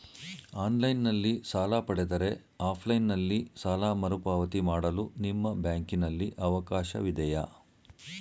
Online ನಲ್ಲಿ ಸಾಲ ಪಡೆದರೆ ಆಫ್ಲೈನ್ ನಲ್ಲಿ ಸಾಲ ಮರುಪಾವತಿ ಮಾಡಲು ನಿಮ್ಮ ಬ್ಯಾಂಕಿನಲ್ಲಿ ಅವಕಾಶವಿದೆಯಾ?